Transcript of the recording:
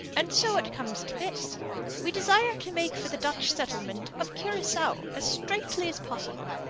and so it comes to this we desire to make for the dutch settlement of curacao as straightly as possible.